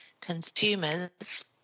consumers